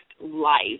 life